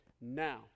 Now